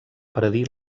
predir